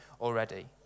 already